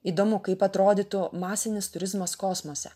įdomu kaip atrodytų masinis turizmas kosmose